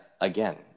again